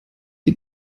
die